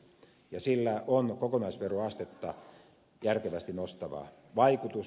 sillä on kokonaisveroastetta järkevästi nostava vaikutus